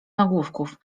nagłówków